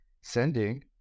sending